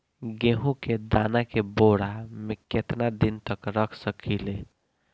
गेहूं के दाना के बोरा में केतना दिन तक रख सकिले?